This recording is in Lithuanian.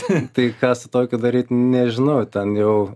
tai kas tokiu daryti nežinau ten jau